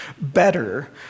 better